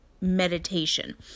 meditation